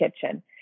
kitchen